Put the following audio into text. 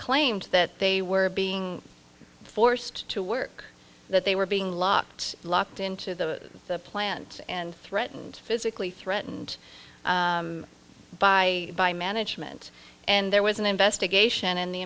claimed that they were being forced to work that they were being locked locked into the plant and threatened physically threatened by by management and there was an investigation in the